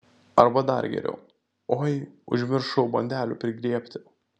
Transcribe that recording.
arba dar geriau oi užmiršau bandelių prigriebti